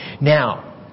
Now